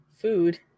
Food